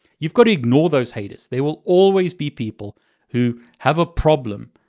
you've gotta ignore those haters. they will always be people who have a problem,